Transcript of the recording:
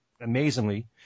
amazingly